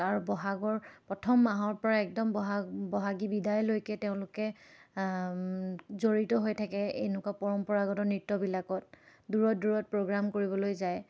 আৰু বহাগৰ প্ৰথম মাহৰ পৰা একদম বহাগ বহাগী বিদায়লৈকে তেওঁলোকে জড়িত হৈ থাকে এনেকুৱা পৰম্পৰাগত নৃত্যবিলাকত দূৰত দূৰত প্ৰগ্ৰাম কৰিবলৈ যায়